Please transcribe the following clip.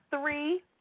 three